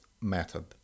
method